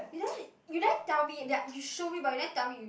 you never sh~ you never tell me that you show me but you never tell me you